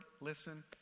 listen